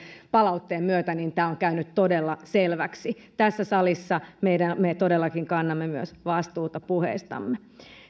palautteen myötä tämä on käynyt todella selväksi tässä salissa me todellakin kannamme myös vastuuta puheistamme